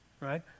right